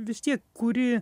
vis tiek kuri